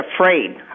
afraid